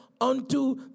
unto